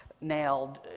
nailed